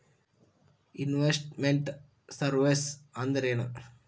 Invest made surveys ಅಂದ್ರೇನು?